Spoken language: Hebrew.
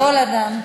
כל אדם?